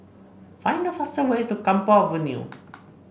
find the fastest way to Camphor Avenue